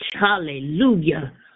hallelujah